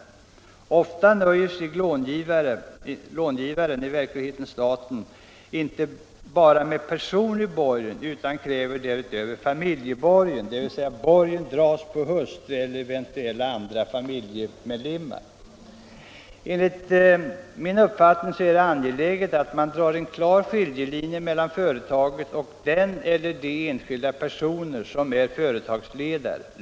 Ofta nöjer sig långivaren, i verkligheten staten, inte med personlig borgen utan kräver därutöver familjeborgen, dvs. borgen dras på hustru eller eventuellt andra familjemedlemmar. Enligt min uppfattning är det angeläget att man drar en klar skiljelinje Mindre och medelstora företag Näringspolitiken Mindre och medelstora företag mellan företaget och den eller de enskilda personer som är företagsledare.